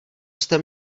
jste